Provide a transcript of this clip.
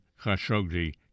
khashoggi